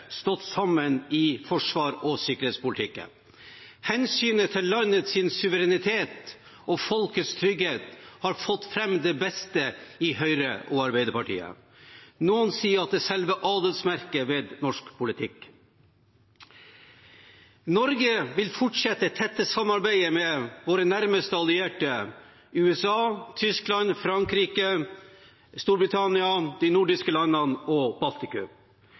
stått sammen i forsvars- og sikkerhetspolitikken. Hensynet til landets suverenitet og folkets trygghet har fått fram det beste i Høyre og Arbeiderpartiet. Noen sier at det er selve adelsmerket ved norsk politikk. Norge vil fortsette det tette samarbeidet med våre nærmeste allierte: USA, Tyskland, Frankrike, Storbritannia, de nordiske landene og Baltikum.